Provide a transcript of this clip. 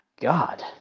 God